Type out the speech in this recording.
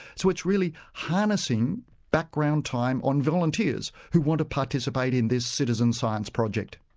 so it's really harnessing background time on volunteers who want to participate in this citizen science project.